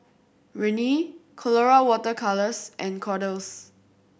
Rene Colora Water Colours and Kordel's